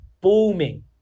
booming